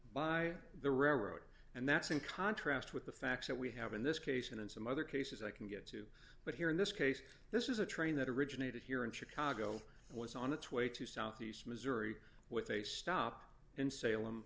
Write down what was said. by the railroad and that's in contrast with the facts that we have in this case and in some other cases i can get to but here in this case this is a train that originated here in chicago and was on its way to southeast missouri with a stop in salem